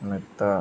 മെത്ത